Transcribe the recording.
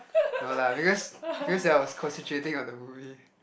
no lah because because I was concentrating on the movie